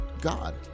God